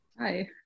Hi